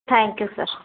thank you sir